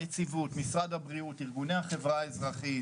הנציבות, משרד הבריאות, ארגוני החברה האזרחית,